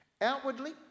Outwardly